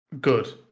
good